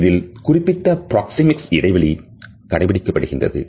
அதில் குறிப்பிட்ட பிராக்சேமிக்ஸ் இடைவெளி கடைபிடிக்கப்படுகின்றது